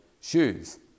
shoes